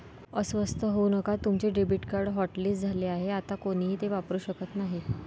अस्वस्थ होऊ नका तुमचे डेबिट कार्ड हॉटलिस्ट झाले आहे आता कोणीही ते वापरू शकत नाही